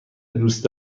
دوست